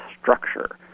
structure